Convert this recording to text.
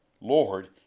Lord